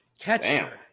catcher